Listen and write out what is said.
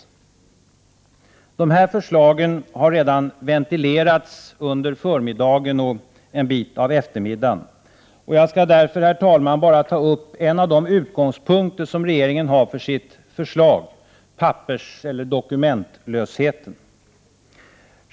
De här förslagen har redan ventilerats under förmiddagen och en del av eftermiddagen. Jag skall därför bara ta upp en av de utgångspunkter som regeringen har för sitt förslag, nämligen papperseller dokumentlösheten.